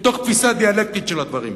מתוך תפיסה דיאלקטית של הדברים.